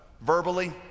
verbally